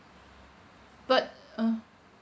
but uh